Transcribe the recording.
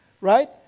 Right